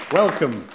welcome